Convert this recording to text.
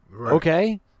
okay